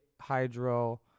hydro